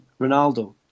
Ronaldo